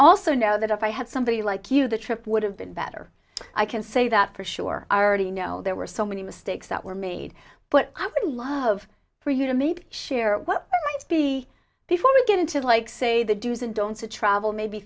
also know that if i had somebody like you the trip would have been better i can say that for sure i already know there were so many mistakes that were made but i would love for you to meet share well be before we get into like say the do's and don'ts of travel maybe